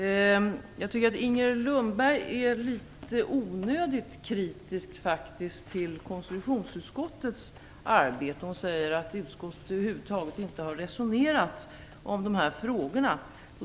Fru talman! Jag tycker faktiskt att Inger Lundberg är litet onödigt kritisk till konstitutionsutskottets arbete. Hon säger att utskottet över huvud taget inte har resonerat om dessa frågor.